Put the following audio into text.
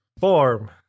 Form